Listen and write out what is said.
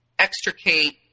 extricate